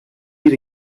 meet